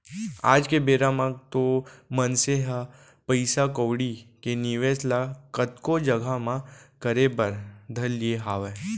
आज के बेरा म तो मनसे ह पइसा कउड़ी के निवेस ल कतको जघा म करे बर धर लिये हावय